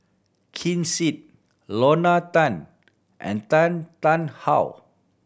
Ken Seet Lorna Tan and Tan Tarn How